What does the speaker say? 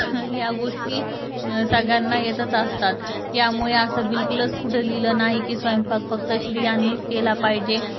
या गोष्टी सगळ्यांना येतच असतात यामुळे असं बिलकुलचं कुठं लिहिलं नाही की स्वयंपाक फक्त स्त्रियांनीच केला पाहिजे